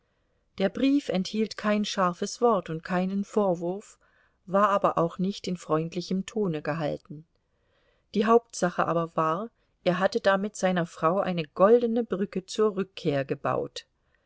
der brief enthielt kein scharfes wort und keinen vorwurf war aber auch nicht in freundlichem tone gehalten die hauptsache aber war er hatte damit seiner frau eine goldene brücke zur rückkehr gebaut